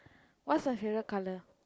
what's her favourite colour